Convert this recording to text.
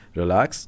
relax